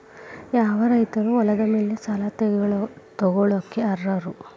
ಯಾವ ರೈತರು ಹೊಲದ ಮೇಲೆ ಸಾಲ ತಗೊಳ್ಳೋಕೆ ಅರ್ಹರು?